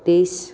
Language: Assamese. তেইছ